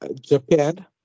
Japan